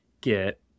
get